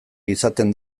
izaten